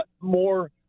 more